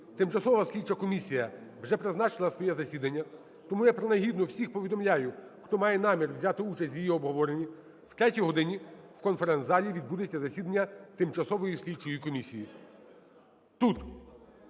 тимчасова слідча комісія вже призначила своє засідання. Тому я принагідно всіх повідомляю, хто має намір взяти участь в її обговоренні, о 3 годині в конференц-залі відбудеться засідання тимчасової слідчої комісії.